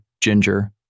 ginger